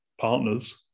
partners